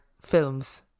films